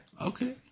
Okay